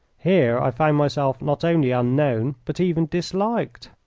here i found myself not only unknown, but even disliked.